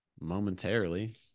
momentarily